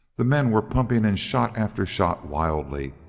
the men were pumping in shot after shot wildly,